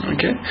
Okay